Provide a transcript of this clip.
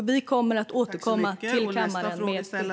Vi kommer att återkomma till kammaren om detta.